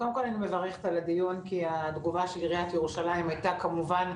קודם כל אני מברכת על הדיון כי התגובה של עיריית ירושלים הייתה כמובן,